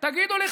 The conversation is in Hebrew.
תגידו לי,